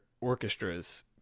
orchestras